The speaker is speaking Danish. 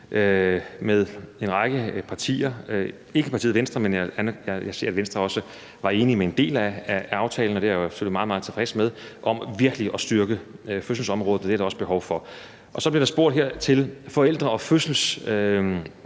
med en række partier – ikke partiet Venstre, men jeg ser, at Venstre også var enige i en del af aftalen, og det er jeg selvfølgelig meget, meget tilfreds med – om virkelig at styrke fødselsområdet, og det er der også behov for. Så bliver der her spurgt til Forældre og Fødsels